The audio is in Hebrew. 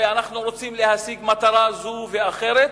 ואנחנו רוצים להשיג מטרה זו ואחרת,